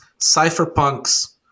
cypherpunks